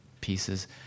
pieces